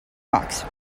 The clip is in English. rocks